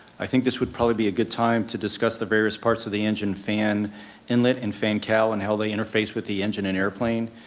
i think this would probably be a good time to discuss the various parts of the engine fan inlet and fan cowl and how they interface with the engine and airplane.